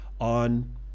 on